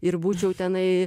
ir būčiau tenai